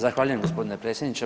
Zahvaljujem gospodine predsjedniče.